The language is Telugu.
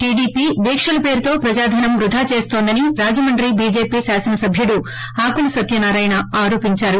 టిడ్పీ దీక్షల పేరుతో ప్రజాధనం వృదా చేస్తోందని రాజమండ్రి బిజెపి శాసన సభ్యుడు ఆకుల సత్య నారాయణ దుయ్యబట్టారు